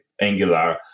Angular